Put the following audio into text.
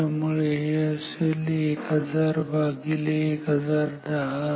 त्यामुळे हे असेल 1000 भागिले 1010